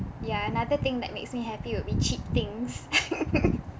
ya another thing that makes me happy would be cheap things